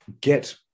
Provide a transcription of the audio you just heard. get